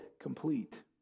complete